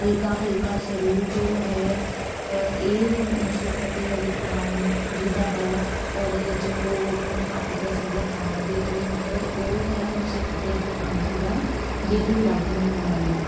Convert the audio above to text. ਹਲਕਾ ਹਲਕਾ ਸਰੂਰ ਜੋ ਹੈ ਇਹ ਨੁਸਰਤ ਫਤਿਹ ਅਲੀ ਖਾਨ ਜੀ ਦਾ ਹੈ ਔਰ ਜੋ ਉਹਨੂੰ ਆਪਾਂ ਕਹਿ ਸਕਦੇ ਹਾਂ ਜੇ ਤੂੰ ਇੱਕ ਉਹ ਹੈ ਨੁਸਰਤ ਫਤਹਿ ਅਲੀ ਖਾਨ ਜੀ ਦਾ ਜੇ ਤੂੰ ਰੱਬ ਨੂੰ ਮਨਾਉਣਾ